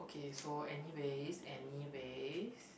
okay so anyways anyways